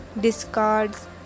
discards